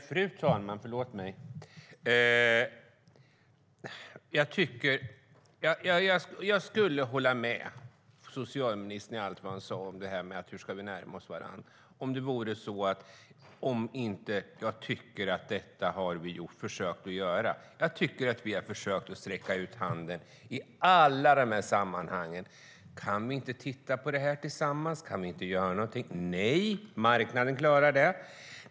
Fru talman! Jag skulle hålla med socialministern om allt han sade om hur vi ska närma oss varandra om jag inte tyckte att vi har försökt göra detta. Vi har försökt sträcka ut handen i alla sammanhang: Kan vi inte titta på detta tillsammans? Kan vi inte göra någonting? Nej, marknaden klarar det.